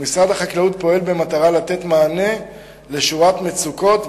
ומשרד החקלאות פועל במטרה לתת מענה לשורת מצוקות,